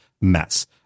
mess